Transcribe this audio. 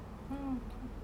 mm okay